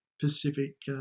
Pacific